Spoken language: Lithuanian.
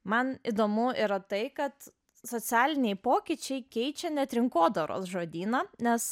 man įdomu yra tai kad socialiniai pokyčiai keičia net rinkodaros žodyną nes